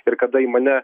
ir kada į mane